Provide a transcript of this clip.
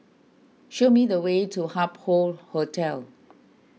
show me the way to Hup Hoe Hotel